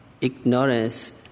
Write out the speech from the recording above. ignorance